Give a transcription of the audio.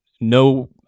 no